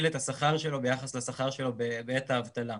את השכר שלו ביחס לשכר שלו בעת האבטלה.